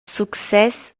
success